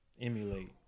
Emulate